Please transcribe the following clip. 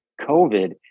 COVID